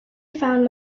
found